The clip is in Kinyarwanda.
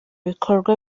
bikorwa